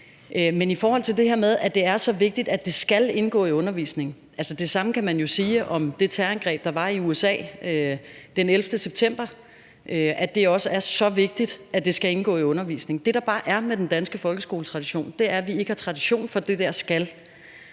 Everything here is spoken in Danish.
Men i forhold til at det er så vigtigt, at det skal indgå i undervisningen, kan man jo sige det samme om det terrorangreb, der var i USA den 11. september, nemlig at det også er så vigtigt, at det skal indgå i undervisningen. Det, der bare er med den danske folkeskoletradition, er, at vi ikke har tradition for det der »skal«.